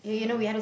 mmhmm